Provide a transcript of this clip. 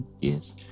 Yes